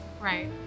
Right